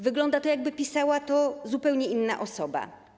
Wygląda to tak, jakby pisała to zupełnie inna osoba.